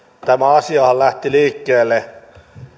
tämä asiahan lähti liikkeelle